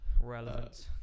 relevant